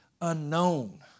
unknown